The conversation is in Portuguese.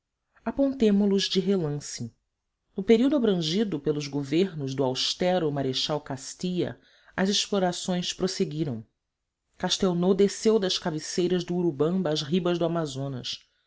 inéditos apontemo los de relance no período abrangido pelos governos do austero marechal castilla as explorações prosseguiram castelnau desceu das cabeceiras do urubamba às ribas do amazonas